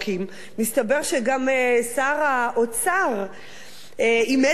מסתבר שגם שר האוצר אימץ את הדפוס,